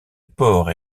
porcs